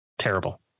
Terrible